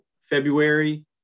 February